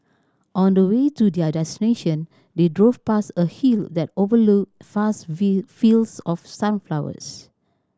on the way to their destination they drove past a hill that overlooked vast fields of sunflowers